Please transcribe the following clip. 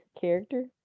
character